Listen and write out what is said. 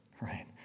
Right